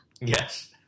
Yes